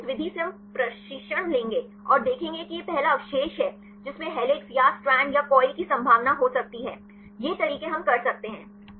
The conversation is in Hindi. फिर जिस विधि से हम प्रशिक्षण लेंगे और देखेंगे यह एक पहला अवशेष है जिसमें हेलिक्स या स्ट्रैंड या कॉइल की संभावना हो सकती है ये तरीके हम कर सकते हैं